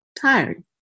tired